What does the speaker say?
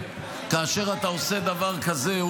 שעובר כאשר אתה עושה דבר כזה,